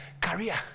career